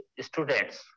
students